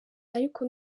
ariko